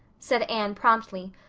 said anne promptly,